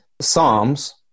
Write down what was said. Psalms